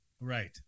Right